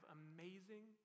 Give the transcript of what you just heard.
amazing